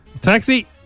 Taxi